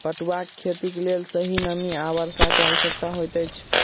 पटुआक खेतीक लेल सही नमी आ वर्षा के आवश्यकता होइत अछि